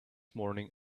morning